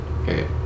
Okay